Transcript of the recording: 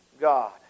God